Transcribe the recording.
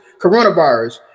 coronavirus